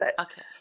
Okay